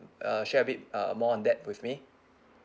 uh share a bit uh more on that with me